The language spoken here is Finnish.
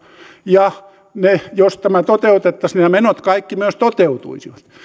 ja jos tämä toteutettaisiin niin nämä menot kaikki myös toteutuisivat